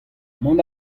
mont